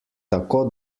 tako